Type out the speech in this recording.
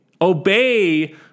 Obey